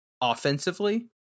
offensively